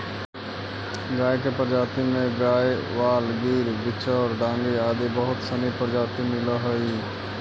गाय के प्रजाति में गयवाल, गिर, बिच्चौर, डांगी आदि बहुत सनी प्रजाति मिलऽ हइ